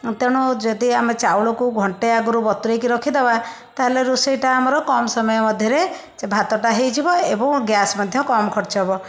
ତେଣୁ ଯଦି ଆମେ ଚାଉଳକୁ ଘଣ୍ଟାଏ ଆଗରୁ ବତୁରେଇକି ରଖିଦବା ତାହେଲେ ରୋଷେଇଟା ଆମର କମ ସମୟ ମଧ୍ୟରେ ଚ ଭାତଟା ହେଇଯିବ ଏବଂ ଗ୍ୟାସ୍ ମଧ୍ୟ କମ ଖର୍ଚ୍ଚ ହବ